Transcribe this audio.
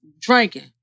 drinking